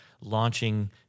launching